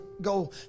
go